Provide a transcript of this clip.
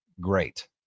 great